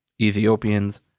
Ethiopians